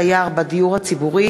הצעת חוק זכויות הדייר בדיור הציבורי